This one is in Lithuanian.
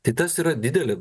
tai tas yra didelė